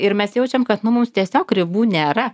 ir mes jaučiam kad nu mums tiesiog ribų nėra